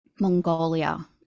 Mongolia